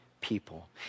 people